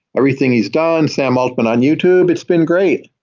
everything he's done, sam altman on youtube. it's been great.